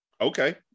okay